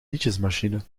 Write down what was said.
nietjesmachine